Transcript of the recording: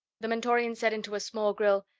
the mentorian said into a small grille,